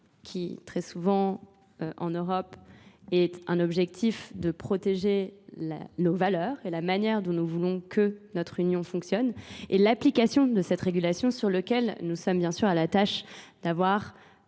qui très souvent en Europe est un objectif de protéger nos valeurs et la manière dont nous voulons que notre union fonctionne, et l'application de cette régulation sur laquelle nous sommes bien sûr à la tâche d'avoir